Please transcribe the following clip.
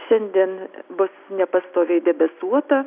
šiandien bus nepastoviai debesuota